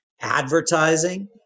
advertising